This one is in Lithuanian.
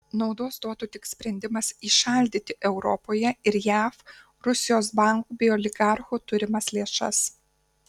naudos duotų tik sprendimas įšaldyti europoje ir jav rusijos bankų bei oligarchų turimas lėšas